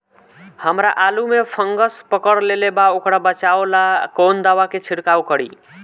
हमरा आलू में फंगस पकड़ लेले बा वोकरा बचाव ला कवन दावा के छिरकाव करी?